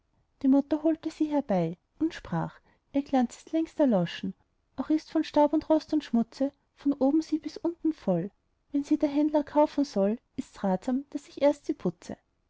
die mutter holte sie herbei und sprach ihr glanz ist längst erloschen auch ist von staub und rost und schmutze von oben sie bis unten voll wenn sie der händler kaufen soll ist's ratsam daß ich erst sie putze